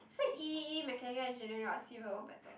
so is e_e_e mechanical engineering or civil better